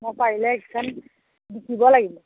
অ পাৰিলে এইকেইখন বিকিব লাগিব